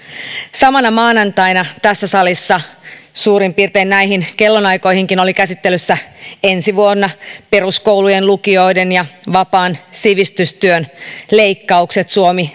samana maanantaina tässä salissa suurin piirtein näihin kellonaikoihinkin oli käsittelyssä ensi vuotta koskevat peruskoulujen lukioiden ja vapaan sivistystyön leikkaukset suomi